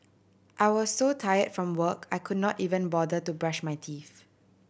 I was so tired from work I could not even bother to brush my teeth